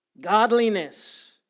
Godliness